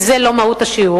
כי זה לא מהות השיעור.